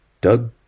Doug